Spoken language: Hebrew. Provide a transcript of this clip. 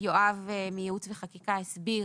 יואב מייעוץ וחקיקה הסביר